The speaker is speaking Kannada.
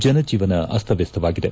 ಜನ ಜೀವನ ಅಸ್ತವ್ಯಸ್ಥವಾಗಿದೆ